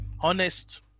honest